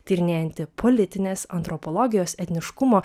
tyrinėjanti politinės antropologijos etniškumo